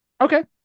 Okay